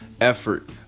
effort